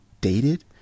dated